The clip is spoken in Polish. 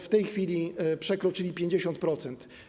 W tej chwili przekroczyła 50%.